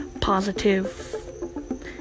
positive